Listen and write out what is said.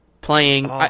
playing